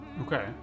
Okay